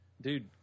Dude